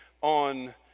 on